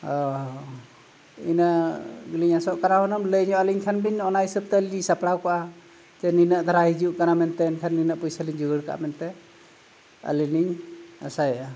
ᱤᱱᱟᱹ ᱜᱮᱞᱤᱧ ᱟᱥᱚᱜ ᱠᱟᱱᱟ ᱦᱩᱱᱟᱹᱝ ᱞᱟᱹᱭᱧᱚᱜ ᱟᱞᱤᱧ ᱠᱷᱟᱱ ᱵᱤᱱ ᱚᱱᱟ ᱦᱤᱥᱟᱹᱵᱽ ᱛᱮᱞᱤᱧ ᱥᱟᱯᱲᱟᱣ ᱠᱚᱜᱼᱟ ᱡᱮ ᱱᱤᱱᱟᱹᱜ ᱫᱷᱟᱨᱟ ᱦᱤᱡᱩᱜ ᱠᱟᱱᱟ ᱢᱮᱱᱛᱮ ᱮᱱᱠᱷᱟᱱ ᱱᱤᱱᱟᱹᱜ ᱯᱩᱭᱥᱟ ᱞᱤᱧ ᱡᱳᱜᱟᱲ ᱠᱟᱜᱼᱟ ᱢᱮᱱᱛᱮ ᱟᱹᱞᱤᱧ ᱞᱤᱧ ᱟᱥᱟᱭᱟ